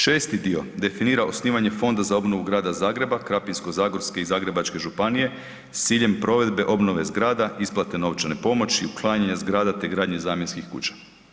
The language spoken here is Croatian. Šesti dio definira osnivanje Fonda za obnovu grada Zagreba, Krapinsko-zagorske i Zagrebačke županije s ciljem provedbe obnove zgrada, isplate novčane pomoći, uklanjanja zgrada te gradnje zamjenskih kuća.